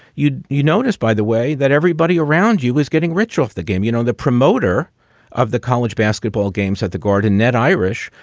you you noticed, by the way, that everybody around you is getting rich off the game. you know, the promoter of the college basketball games at the garden net irish.